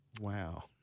Wow